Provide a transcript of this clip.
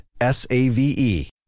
S-A-V-E